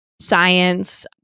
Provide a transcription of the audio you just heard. science